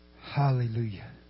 Hallelujah